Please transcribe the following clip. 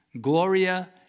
Gloria